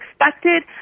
expected